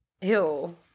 Ew